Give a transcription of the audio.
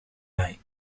night